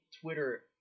Twitter